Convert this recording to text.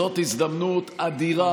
זאת הזדמנות אדירה,